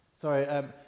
Sorry